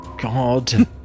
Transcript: God